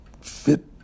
fit